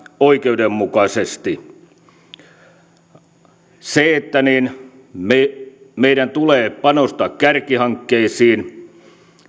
oikeudenmukaisesti meidän tulee panostaa kärkihankkeisiin